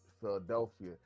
Philadelphia